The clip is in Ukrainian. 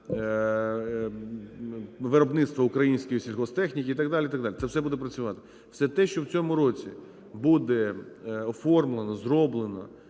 виробництво української сільгосптехніки і так далі, і так далі. Це все буде працювати. Все те, що в цьому році буде оформлено, зроблено